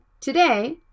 today